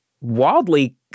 wildly